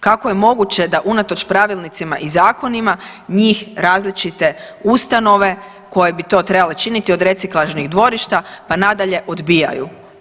Kako je moguće da unatoč pravilnicima i zakonima njih različite ustanove koje bi to trebale činiti od reciklažnih dvorišta pa nadalje odbijaju?